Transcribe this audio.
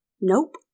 Nope